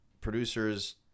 producers